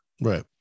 Right